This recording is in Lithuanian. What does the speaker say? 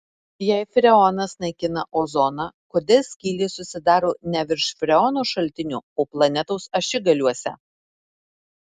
jei freonas naikina ozoną kodėl skylės susidaro ne virš freono šaltinių o planetos ašigaliuose